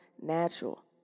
natural